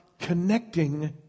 connecting